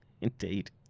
indeed